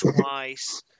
twice